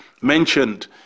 mentioned